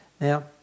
Now